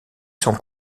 sont